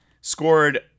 scored